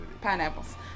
Pineapples